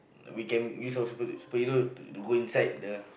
we can use our super superhero to go inside the